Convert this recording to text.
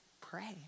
pray